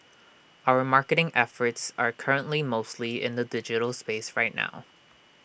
our marketing efforts are currently mostly in the digital space right now